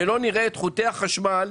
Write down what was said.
שלא נראה את חוטי החשמל,